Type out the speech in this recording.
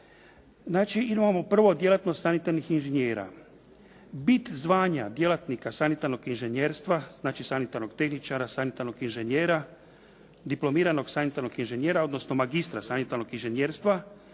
Znači imamo prvo djelatnost sanitarnih inženjera. Bit zvanja djelatnika sanitarnog inženjerstva, znači sanitarnog tehničara, sanitarnog inženjera, diplomiranog sanitarnog inženjera, odnosno magistra sanitarnog inženjerstva